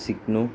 सिक्नु